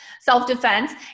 self-defense